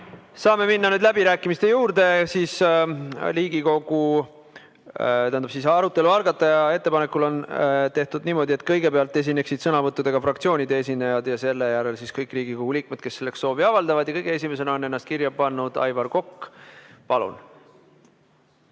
Saame nüüd minna läbirääkimiste juurde. Arutelu algataja ettepanekul on tehtud niimoodi, et kõigepealt esinevad sõnavõtuga fraktsioonide esindajad ja selle järel siis kõik Riigikogu liikmed, kes selleks soovi avaldavad. Kõige esimesena on ennast kirja pannud Aivar Kokk. Palun!